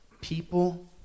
People